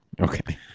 Okay